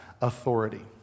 authority